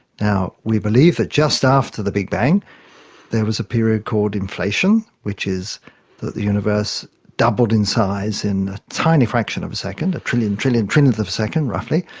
now, we believe that just after the big bang there was a period called inflation, which is that the universe doubled in size in a tiny fraction of a second, a trillion trillion trillionth of a second, roughly.